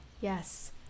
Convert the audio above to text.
Yes